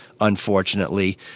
unfortunately